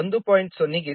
90 ಮತ್ತು EAF 1